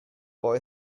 boy